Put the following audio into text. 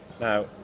now